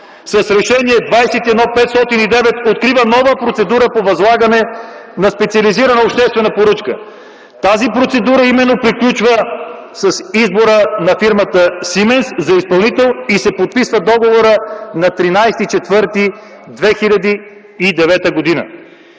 с Решение № 21-509 открива нова процедура по възлагане на специализирана обществена поръчка. Тази процедура именно приключва с избора на фирмата „Сименс” за изпълнител и на 13 април 2009 г.